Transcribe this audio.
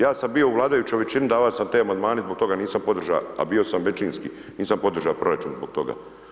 Ja sam bio u vladajućoj većini, davao sam te amandmane zbog toga nisam podržao a bio sam većinski, nisam podržao proračun zbog toga.